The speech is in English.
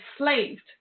enslaved